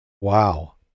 Wow